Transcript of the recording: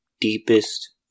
deepest